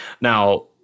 Now